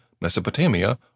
Mesopotamia